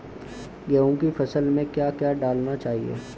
गेहूँ की फसल में क्या क्या डालना चाहिए?